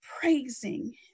praising